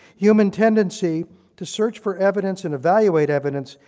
human tendency to search for evidence and evaluate evidence,